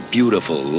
beautiful